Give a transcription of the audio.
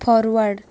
forward